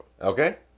Okay